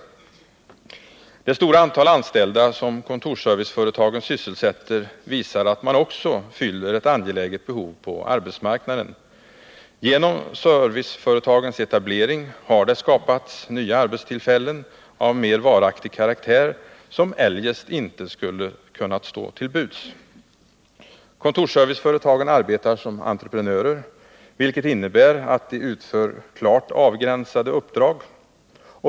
retagens uppdrags Det stora antal anställda som kontorsserviceföretagen sysselsätter visar att — verksamhet på man också fyller ett angeläget behov på arbetsmarknaden. Genom service — kunders kontor företagens etablering har det skapats arbetstillfällen av mer varaktig karaktär, som eljest inte skulle stå till buds. Kontorsserviceföretagen arbetar som entreprenörer, vilket innebär att de utför klart avgränsade uppdrag.